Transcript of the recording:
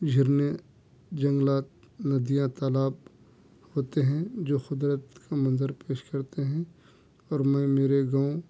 جھرنے جنگلات ندیاں تالاب ہوتے ہیں جو قدرت کا منظر پیش کرتے ہیں اور میں میرے گاؤں